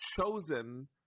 chosen